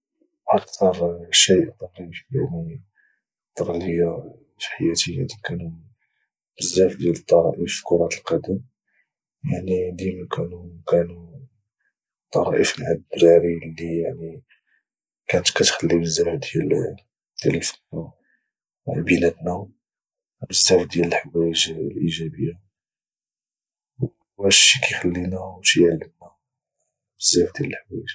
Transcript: اكثر شيء طريف يعني طرا ليا في حياتي يعني كانو بزاف ديال الطرائف في كرة القدم يعني ديما كانو كانو طرائف مع الدراري اللي يعني كانت كتخلي بزاف ديال الفرحة بيناتنا وبزاف ديال الحوايج الإجابية وهادشي كيخلينا وكيعلمنا بزاف ديال الحوايج